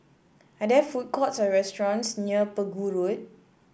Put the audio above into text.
are there food courts or restaurants near Pegu Road